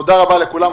תודה רבה לכולם.